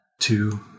two